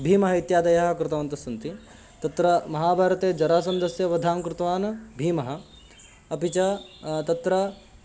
भीमः इत्यादयः कृतवन्तः सन्ति तत्र महाभारते जरासन्धस्य वधां कृतवान् भीमः अपि च तत्र